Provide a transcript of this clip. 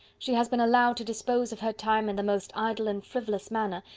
she has been allowed to dispose of her time in the most idle and frivolous manner,